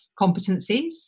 competencies